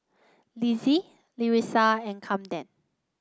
Lizzie Larissa and Camden